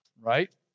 right